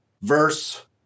verse